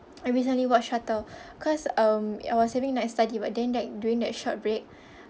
I recently watched shutter cause um I was having night study but then that during that short break